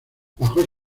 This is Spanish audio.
bajo